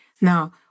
Now